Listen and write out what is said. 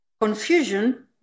Confusion